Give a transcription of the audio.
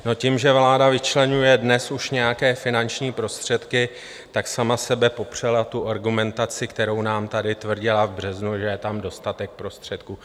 Tím, že vláda vyčleňuje dnes už nějaké finanční prostředky, sama o sobě popřela tu argumentaci, kterou nám tady tvrdila v březnu, že je tam dostatek prostředků.